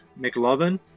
McLovin